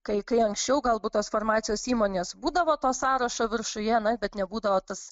kai kai anksčiau galbūt tos farmacijos įmonės būdavo to sąrašo viršuje bet nebūdavo tas